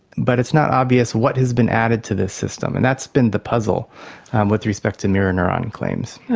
but it's not obvious what has been added to this system, and that's been the puzzle with respect to mirror neuron claims.